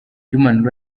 human